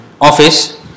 office